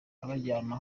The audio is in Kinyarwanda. abajyana